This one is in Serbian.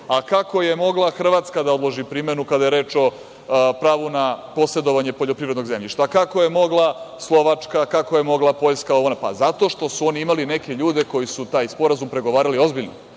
– kako je mogla Hrvatska da odloži primenu kada je reč o pravu na posedovanje poljoprivrednog zemljišta? Kako je mogla Slovačka? Kako je mogla Poljska? Zato što su oni imali neke ljude koji su taj Sporazum pregovarali ozbiljno,